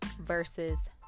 versus